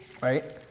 Right